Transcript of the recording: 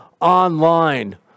online